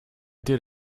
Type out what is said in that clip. did